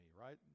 right